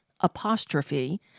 apostrophe